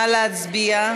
נא להצביע.